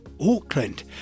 Auckland